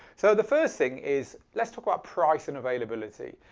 so the first thing is let's talk about price and availability.